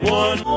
one